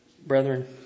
Brethren